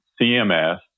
CMS